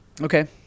Okay